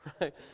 right